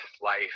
life